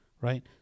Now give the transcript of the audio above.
Right